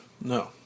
No